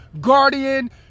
Guardian